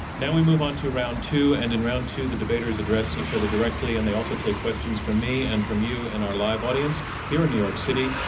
now, we move on to round two, and in round two the debaters address each other directly and they also take questions from me and from you and our live audience here in new york city.